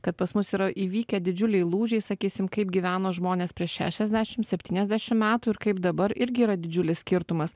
kad pas mus yra įvykę didžiuliai lūžiai sakysim kaip gyveno žmonės prieš šešiasdešim septyniasdešim metų ir kaip dabar irgi yra didžiulis skirtumas